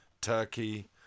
Turkey